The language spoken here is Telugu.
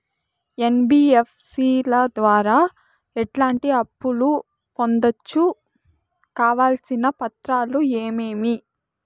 ఎన్.బి.ఎఫ్.సి ల ద్వారా ఎట్లాంటి అప్పులు పొందొచ్చు? కావాల్సిన పత్రాలు ఏమేమి?